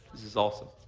this is awesome.